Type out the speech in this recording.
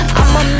I'ma